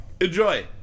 Enjoy